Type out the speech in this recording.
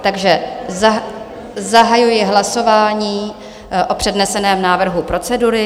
Takže zahajuji hlasování o předneseném návrhu procedury.